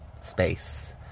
space